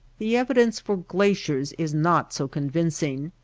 the evidence for glaciers is not so convinc ing.